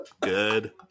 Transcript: good